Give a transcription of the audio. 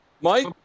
Mike